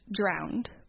drowned